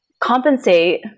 compensate